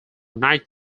night